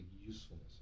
usefulness